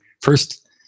first